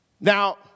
Now